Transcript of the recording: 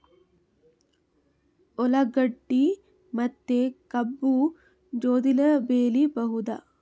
ಉಳ್ಳಾಗಡ್ಡಿ ಮತ್ತೆ ಕಬ್ಬು ಜೋಡಿಲೆ ಬೆಳಿ ಬಹುದಾ?